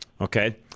Okay